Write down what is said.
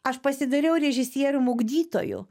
aš pasidariau režisierium ugdytoju